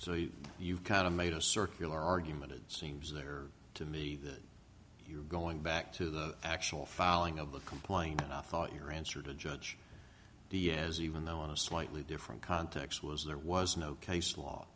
so you've kind of made a circular argument it seems there to me that you're going back to the actual filing of the complaint i thought your answer to judge the as even though a slightly different context was there was no case